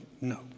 No